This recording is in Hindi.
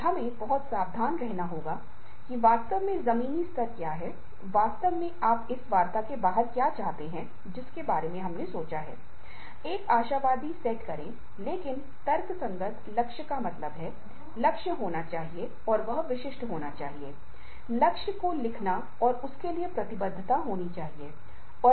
यह संगठन में रहने के लिए व्यक्ति की ओर से प्रवृत्ति है संगठन को दूसरों के सामने महिमामंडित करना और संगठन के मानदंडों और मूल्यों के अनुकूल होना जो कि संगठनात्मक प्रतिबद्धता है